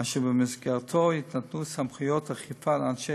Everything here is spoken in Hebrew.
אשר במסגרתו יינתנו סמכויות אכיפה לאנשי